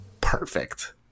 perfect